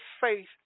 faith